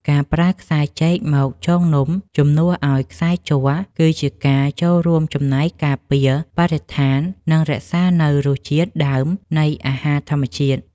ការប្រើខ្សែចេកមកចងនំជំនួសឱ្យខ្សែជ័រគឺជាការចូលរួមចំណែកការពារបរិស្ថាន និង រក្សានូវរសជាតិដើមនៃអាហារធម្មជាតិ។